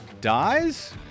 dies